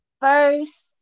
First